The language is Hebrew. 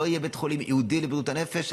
לא יהיה בית חולים ייעודי לבריאות הנפש.